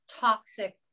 toxic